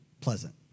pleasant